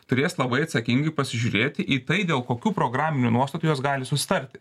turės labai atsakingai pasižiūrėti į tai dėl kokių programinių nuostatų jos gali susitarti